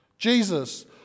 Jesus